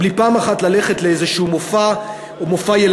בלי פעם אחת ללכת לאיזשהו מופע ילדים,